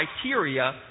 criteria